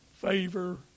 favor